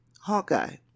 Hawkeye